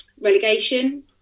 relegation